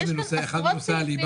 יש כאן עשרות סעיפים